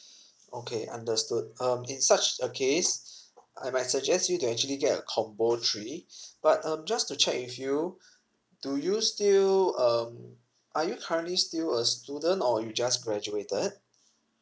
okay understood um in such a case I might suggest you to actually get a combo three but um just to check with you do you still um are you currently still a student or you just graduated